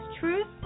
Truth